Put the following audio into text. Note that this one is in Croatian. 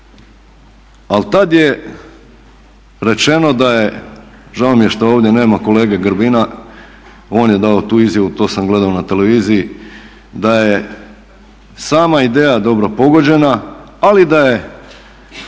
ali tad je rečeno da je, žao mi je što ovdje nema kolege Grbina on je dao tu izjavu to sam gledao na televiziji, da je sama ideja dobro pogođena, ali da je